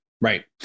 right